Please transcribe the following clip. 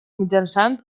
mitjançant